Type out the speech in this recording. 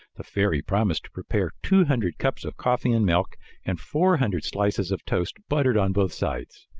the fairy promised to prepare two hundred cups of coffee-and-milk and four hundred slices of toast buttered on both sides.